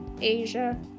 Asia